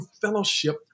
fellowship